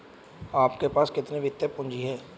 आपके पास कितनी वित्तीय पूँजी है?